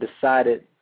decided